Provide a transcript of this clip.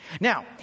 Now